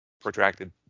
protracted